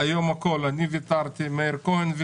גם בנושא ההכשרות, עשינו מה שלא היה אף פעם.